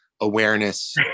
awareness